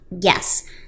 Yes